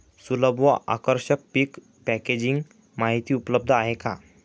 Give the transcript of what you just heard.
सुलभ व आकर्षक पीक पॅकेजिंग माहिती उपलब्ध आहे का?